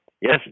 Yes